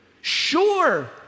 sure